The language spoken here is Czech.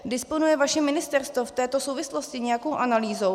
Disponuje vaše ministerstvo v této souvislosti nějakou analýzou?